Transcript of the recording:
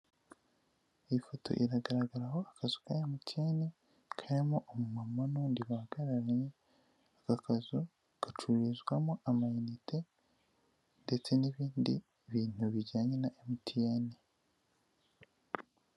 Iyi foto iragaragaraho akazu ka emutiyene, karimo umuntu n'undi bahagararanye, aka kazu gacururizwamo amayinite ndetse n'ibindi bintu bijyanye na emutiyene.